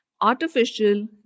Artificial